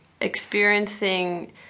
experiencing